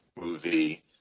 movie